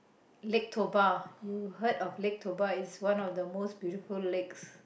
lake Toba you heard of lake Toba is one of the most beautiful lakes